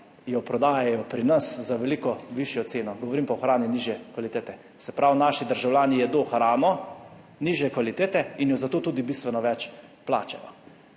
jo prodajajo, pri nas za veliko višjo ceno, govorim pa o hrani nižje kvalitete. Se pravi, naši državljani jedo hrano nižje kvalitete in jo zato tudi bistveno več plačajo